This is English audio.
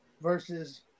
versus